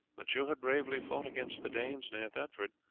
that you had bravely fought against the danes near thetford,